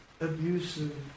abusive